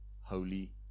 holy